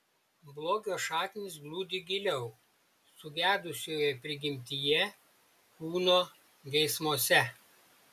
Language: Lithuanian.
blogio šaknys glūdi giliau sugedusioje prigimtyje kūno geismuose